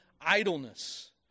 idleness